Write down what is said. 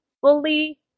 fully